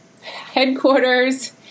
headquarters